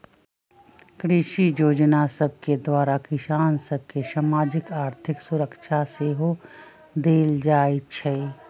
कृषि जोजना सभके द्वारा किसान सभ के सामाजिक, आर्थिक सुरक्षा सेहो देल जाइ छइ